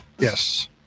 yes